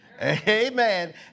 amen